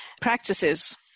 practices